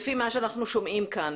לפי מה שאנחנו שומעים כאן,